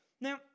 Now